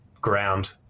ground